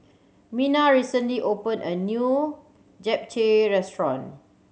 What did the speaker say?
Mena recently opened a new Japchae Restaurant